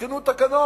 יותקנו תקנות.